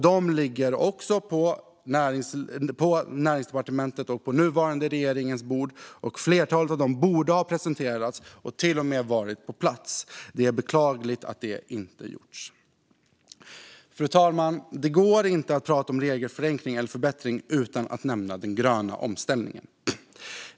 De ligger också på näringsdepartementet och på den nuvarande regeringens bord. Flertalet av dem borde ha presenterats och till och med varit på plats. Det är beklagligt att detta inte gjorts. Fru talman! Det går inte att prata om regelförenkling eller förbättring utan att nämna den gröna omställningen.